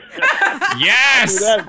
Yes